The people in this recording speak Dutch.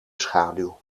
schaduw